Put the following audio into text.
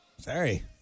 Sorry